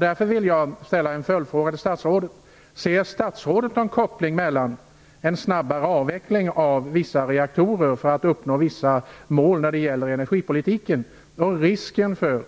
Därför vill jag ställa en följdfråga till statsrådet: Ser statsrådet någon koppling mellan en snabbare avveckling av vissa reaktorer för att vissa mål skall uppnås när det gäller energipolitiken och risken för